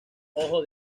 ojo